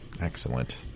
Excellent